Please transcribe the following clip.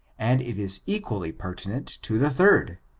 and it is equauy pertinent to the third.